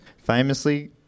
Famously